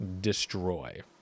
destroy